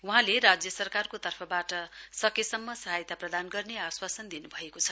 वहाँले राज्य सरकारको तर्फबाट सकेसम्म सहायता प्रदान गर्ने आश्वान दिनु भएको छ